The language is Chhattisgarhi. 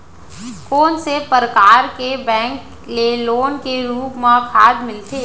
कोन से परकार के बैंक ले लोन के रूप मा खाद मिलथे?